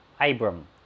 Abram